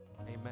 Amen